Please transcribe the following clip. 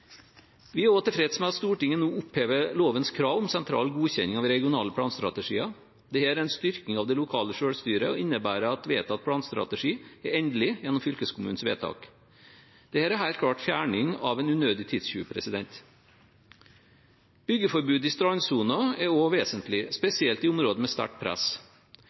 Vi er også tilfreds med at Stortinget nå opphever lovens krav om sentral godkjenning av regionale planstrategier. Dette er en styrking av det lokale selvstyret og innebærer at vedtatt planstrategi er endelig gjennom fylkeskommunens vedtak. Dette er helt klart fjerning av en unødig tidstyv. Byggeforbud i strandsonen er også vesentlig, spesielt i områder med sterkt press.